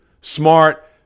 smart